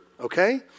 okay